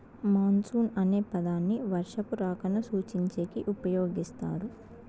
monsoon అనే పదాన్ని వర్షపు రాకను సూచించేకి ఉపయోగిస్తారు